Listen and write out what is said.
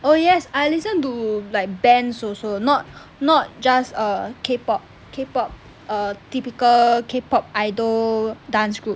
oh yes I listen to like bands also not not just err K pop K pop err typical K pop idol dance group